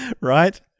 right